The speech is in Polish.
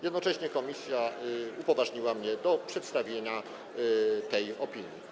Jednocześnie komisja upoważniła mnie do przedstawienia tej opinii.